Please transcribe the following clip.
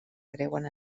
creuen